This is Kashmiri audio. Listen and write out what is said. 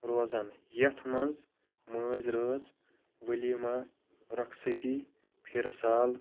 روزان یتھ مَنٛز مٲنٛزِ رٲژ ولیمہ رۄخصتی پھرٕ سال